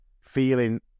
feeling